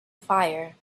fire